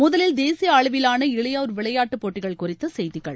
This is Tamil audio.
முதலில் தேசியஅளவிலான இளையோர் விளையாட்டுபோட்டிகள் குறித்தசெய்திகள்